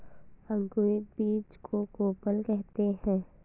अंकुरित बीज को कोपल कहते हैं